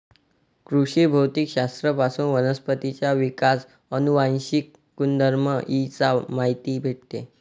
कृषी भौतिक शास्त्र पासून वनस्पतींचा विकास, अनुवांशिक गुणधर्म इ चा माहिती भेटते